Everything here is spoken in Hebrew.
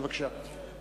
בבקשה.